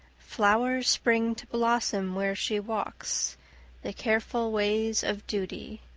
flowers spring to blossom where she walks the careful ways of duty,